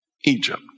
Egypt